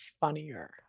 funnier